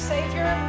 Savior